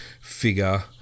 figure